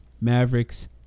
Mavericks